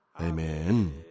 Amen